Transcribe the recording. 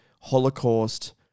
Holocaust